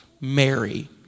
Mary